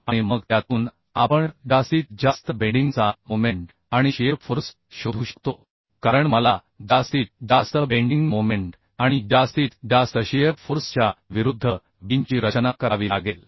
आणि मग त्यातून आपण जास्तीत जास्त बेंडिंग चा मोमेंट आणि शिअर फोर्स शोधू शकतो कारण मला जास्तीत जास्त बेंडिंग मोमेंट आणि जास्तीत जास्त शिअर फोर्स च्या विरुद्ध बीमची रचना करावी लागेल